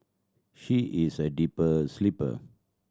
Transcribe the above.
she is a deeper sleeper